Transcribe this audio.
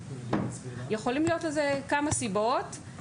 יכולות להיות לזה כמה סיבות,